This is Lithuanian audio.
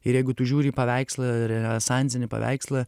ir jeigu tu žiūri į paveikslą renesansinį paveikslą